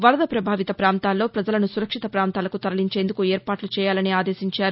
వరద పభావిత ప్రాంతాల్లో ప్రజలను సురక్షిత ప్రాంతాలకు తరలించేందుకు ఏర్పాట్లు చేయాలని ఆదేశించారు